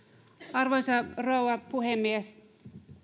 arvoisa rouva puhemies